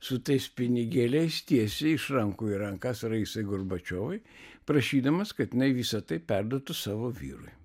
su tais pinigėliais tiesiai iš rankų į rankas raisai gorbačiovai prašydamas kad jinai visą tai perduotų savo vyrui